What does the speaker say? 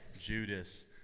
Judas